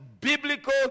biblical